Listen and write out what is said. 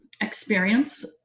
experience